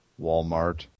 Walmart